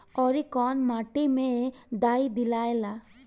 औवरी कौन माटी मे डाई दियाला?